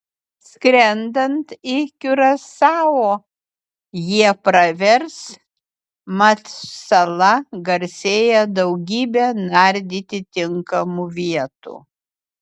skrendant į kiurasao jie pravers mat sala garsėja daugybe nardyti tinkamų vietų